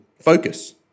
focus